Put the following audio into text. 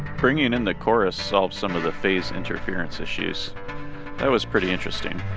bringing in the chorus solved some of the phase interference issues that was pretty interesting